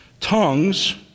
Tongues